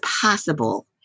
possible